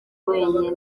wenyine